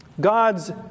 God's